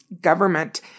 government